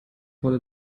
rolle